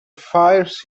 fires